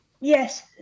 Yes